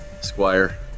Squire